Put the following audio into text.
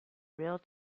real